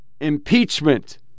impeachment